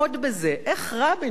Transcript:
שאנחנו מכירים אותו כל כך טוב,